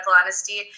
honesty